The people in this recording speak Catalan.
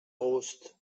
gust